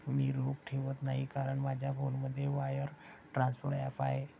मी रोख ठेवत नाही कारण माझ्या फोनमध्ये वायर ट्रान्सफर ॲप आहे